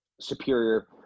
superior